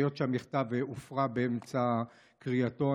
היות שהמכתב הופרע באמצע קריאתו,